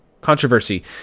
Controversy